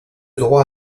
droit